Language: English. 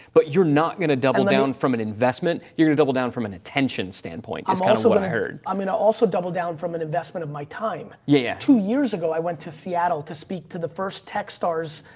but you're not going to double down from an investment. you're gonna double down from an attention standpoint. that's kind of what i heard. i'm going to also double down from an investment of my time. yeah two years ago i went to seattle to speak to the first tech stars,